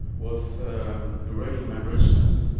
with uranium enrichment.